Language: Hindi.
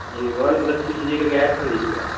जी वन प्लस के लीजिएगा कि आईफ़ोन लीजिएगा